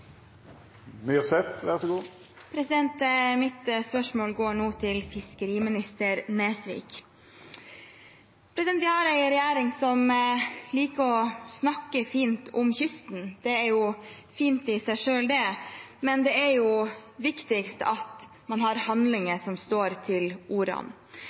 Mitt spørsmål går til fiskeriminister Nesvik. Vi har en regjering som liker å snakke fint om kysten. Det er jo fint i seg selv, men det viktigste er at man har handlinger som står til ordene.